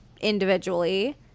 individually